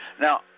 Now